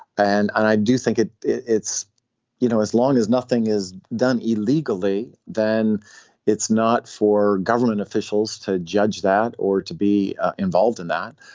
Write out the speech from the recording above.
and and i do think it's you know as long as nothing is done illegally then it's not for government officials to judge that or to be involved in that.